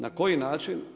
Na koji način?